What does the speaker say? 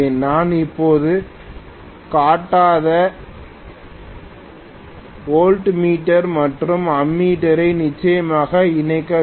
நான் இப்போது காட்டாத வோல்ட் மீட்டர் மற்றும் அம்மீட்டரை நிச்சயமாக இணைக்க வேண்டும்